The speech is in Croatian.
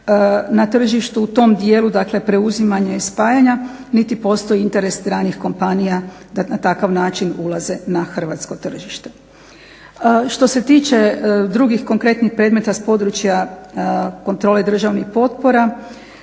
na tržištu. U tom dijelu, dakle preuzimanja i spajanja, niti postoji interes stranih kompanija da na takav način ulaze na hrvatsko tržište. Što se tiče drugih konkretnih predmeta s područja kontrole državnih potpora